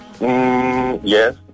yes